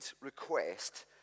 request